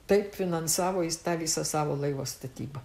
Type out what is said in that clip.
taip finansavo jis tą visą savo laivo statybą